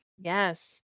Yes